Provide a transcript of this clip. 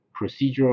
Procedural